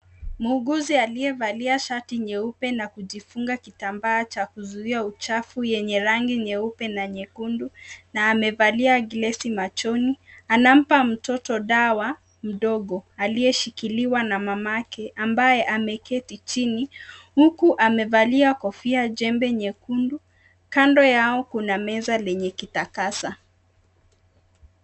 Muuguzi aliyevalia shati nyeupe na kujifunga kitambaa cha kuzuia uchafu, yenye rangi nyeupe na nyekundu na amevalia glesi machoni. Anampa mtoto dawa mdogo aliyeshikiliwa na mamake ambaye ameketi chini akiwa amevalia kofia jembe nyekundu. Kando yao kuna meza yenye kitakasa.